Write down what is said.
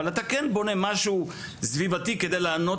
אבל אתה כן בונה משהו סביבתי כדי לענות